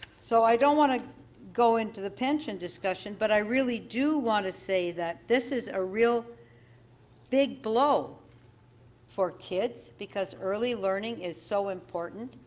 so i don't want to go into the pension discussion, but i really do want to say that this is a really big blow for kids, because early learning is so important.